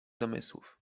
domysłów